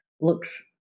looks